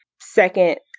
second